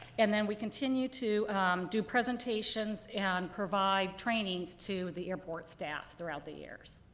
and then we continue to do presentations and provide trainings to the airport staff throughout the years.